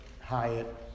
hyatt